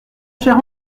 cher